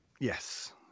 Yes